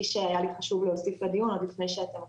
שהיה לי חשוב להוסיף לדיון עוד לפני שאתם מתחילים.